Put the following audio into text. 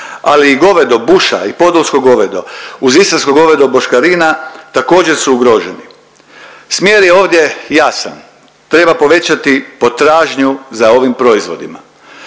ali govedo buša i podolsko govedo uz istarsko govedo boškarina također su ugroženi. Smjer je ovdje jasan, treba povećati potražnju za ovim proizvodima.